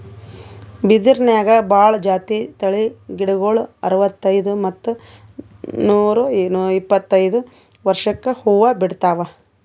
ಬಿದಿರ್ನ್ಯಾಗ್ ಭಾಳ್ ಜಾತಿ ತಳಿ ಗಿಡಗೋಳು ಅರವತ್ತೈದ್ ಮತ್ತ್ ನೂರ್ ಇಪ್ಪತ್ತೈದು ವರ್ಷ್ಕ್ ಹೂವಾ ಬಿಡ್ತಾವ್